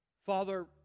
Father